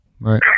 Right